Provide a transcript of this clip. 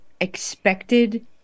expected –